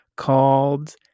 Called